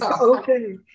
Okay